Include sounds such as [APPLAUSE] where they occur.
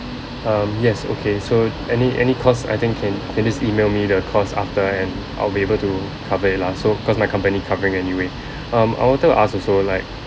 um yes okay so any any cost I think can can just email me the cost after and I'll be able to cover it lah so cause my company covering anyway [BREATH] um I wanted to ask also like